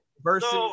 Versus